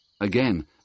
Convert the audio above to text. Again